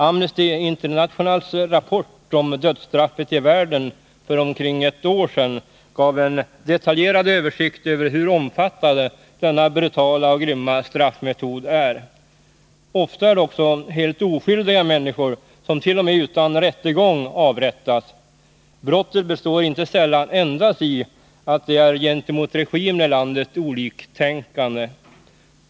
Amnesty Internationals rapport för omkring ett år sedan om dödsstraffet i världen gav en detaljerad översikt över hur omfattande denna brutala och grymma straffmetod är. Ofta är det också helt oskyldiga människor som avrättas t.o.m. utan rättegång. Brottet består inte sällan endast i att de är gentemot regimen i landet oliktänkande.